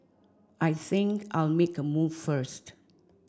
I think I'll make a move first